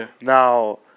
Now